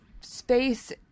space